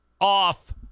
off